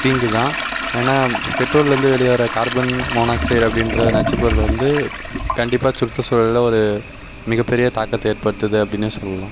தீங்கு தான் ஏன்னால் பெட்ரோல்லிருந்து வெளிவர கார்பன் மோனாக்சட் அப்படிங்ற நச்சு பொருளை வந்து கண்டிப்பாக சுற்றுசூழலில் ஒரு மிகப்பெரிய தாக்கத்தை ஏற்படுத்துது அப்படின்னே சொல்லலாம்